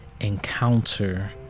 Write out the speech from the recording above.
encounter